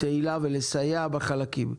תהילה ולסייע בחלקים,